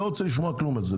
אני לא רוצה לשמוע כלום על זה.